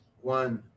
one